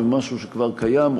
במשהו שכבר קיים,